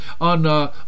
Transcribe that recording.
on